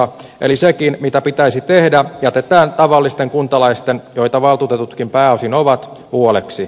eli sekin mitä pitäisi tehdä jätetään tavallisten kuntalaisten joita valtuutetutkin pääosin ovat huoleksi